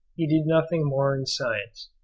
he did nothing more in science,